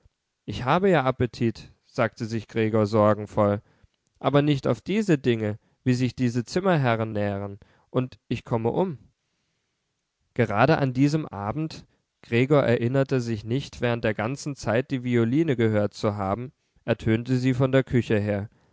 ich habe ja appetit sagte sich gregor sorgenvoll aber nicht auf diese dinge wie sich diese zimmerherren nähren und ich komme um gerade an diesem abend gregor erinnerte sich nicht während der ganzen zeit die violine gehört zu haben ertönte sie von der küche her